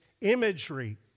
imagery